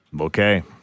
Okay